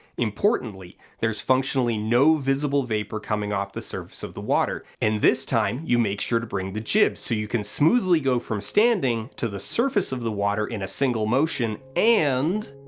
importantly, there's functionally no visible vapour coming off the surface of the water. and this time you make sure to bring the jib so you can smoothly go from standing to the surface of the water in a single motion and,